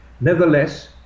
Nevertheless